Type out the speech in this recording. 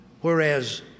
Whereas